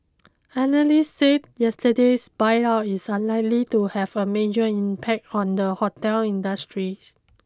analysts said yesterday's buyout is unlikely to have a major impact on the hotel industry